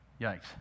Yikes